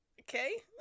okay